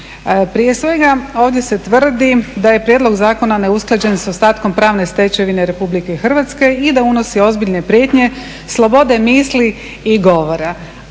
Prije svega, ovdje se tvrdi da je prijedlog zakona neusklađen sa ostatkom pravne stečevine RH i da unosi ozbiljne prijetnje, slobode misli i govora.